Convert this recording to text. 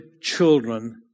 children